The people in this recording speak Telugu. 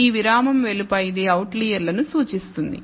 ఈ విరామం వెలుపల ఇది అవుట్లర్లను సూచిస్తుంది